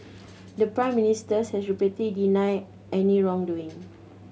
the Prime Minister has repeatedly denied any wrongdoing